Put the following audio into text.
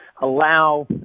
allow